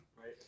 right